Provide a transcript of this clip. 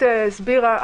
תודה.